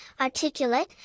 articulate